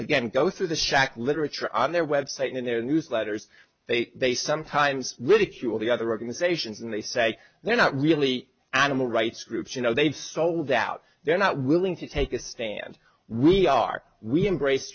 again go through the shack literature on their web site and their newsletters they they sometimes ridicule the other organizations and they say they're not really animal rights groups you know they sold out they're not willing to take a stand we are we embrace